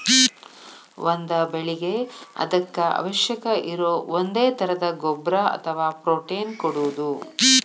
ಒಂದ ಬೆಳಿಗೆ ಅದಕ್ಕ ಅವಶ್ಯಕ ಇರು ಒಂದೇ ತರದ ಗೊಬ್ಬರಾ ಅಥವಾ ಪ್ರೋಟೇನ್ ಕೊಡುದು